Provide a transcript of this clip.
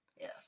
Yes